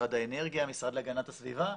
משרד האנרגיה, המשרד להגנת הסביבה.